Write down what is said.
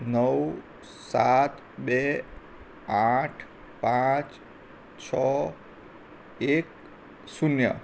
નવ સાત બે આઠ પાંચ છ એક શૂન્ય